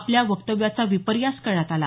आपल्या वक्तव्याचा विपर्यास करण्यात आला